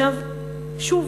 שוב,